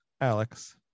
Alex